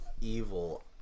evil